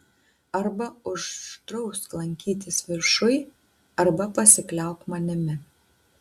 arba uždrausk lankytis viršuj arba pasikliauk manimi